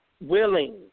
willing